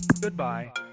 Goodbye